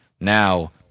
now